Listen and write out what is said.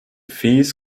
fees